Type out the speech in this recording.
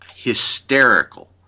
Hysterical